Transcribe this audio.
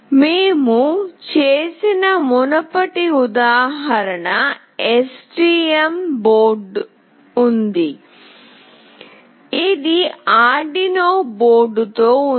మేము చేసిన మునుపటి ఉదాహరణ STM బోర్డుతో ఉంది ఇది Arduino బోర్డుతో ఉంది